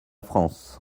france